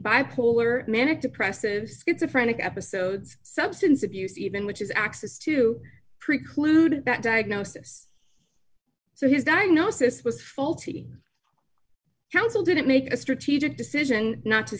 bipolar manic depressive schizo phrenic episodes substance abuse even which is access to preclude that diagnosis so his diagnosis was faulty counsel didn't make a strategic decision not to